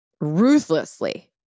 ruthlessly